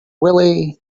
willy